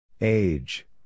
Age